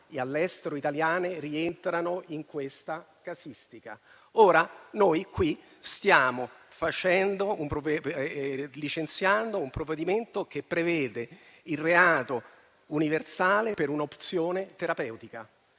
all'estero rientrano in questa casistica. Noi qui stiamo licenziando un provvedimento che prevede il reato universale per un'opzione terapeutica,